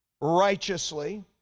righteously